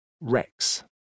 Rex